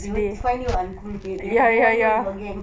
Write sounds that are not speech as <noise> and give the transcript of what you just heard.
do you want to find your <laughs> your gang